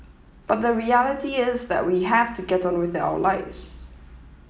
but the reality is that we have to get on with our lives